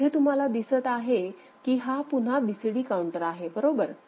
तर इथे तुम्हाला दिसत आहे कि हा पुन्हा BCD काउंटर आहे बरोबर